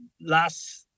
last